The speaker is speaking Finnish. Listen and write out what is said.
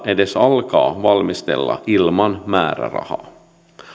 edes alkaa valmistella ilman määrärahaa